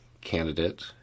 candidate